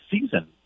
season